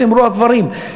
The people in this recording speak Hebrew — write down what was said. זאת אומרת, נאמרו הדברים.